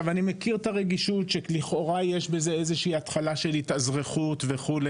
אני מכיר את הרגישות שלכאורה יש בזה איזושהי התחלה של התאזרחות וכו'.